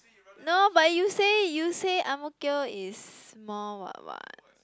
no but you say you say Ang-Mo-Kio is more what what